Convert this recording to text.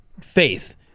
faith